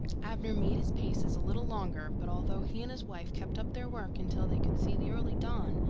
abner made his paces a little longer but although he and his wife kept up their work until they could see the early dawn,